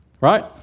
Right